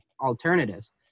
alternatives